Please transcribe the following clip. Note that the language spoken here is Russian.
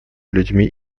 людьми